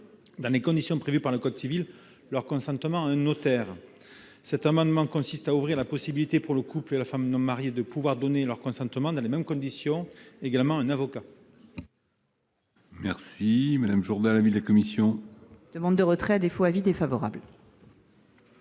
dans les conditions prévues par le code civil, leur consentement à un notaire. Cet amendement tend à ouvrir la possibilité pour le couple et la femme non mariée de donner, dans les mêmes conditions, leur consentement à un avocat.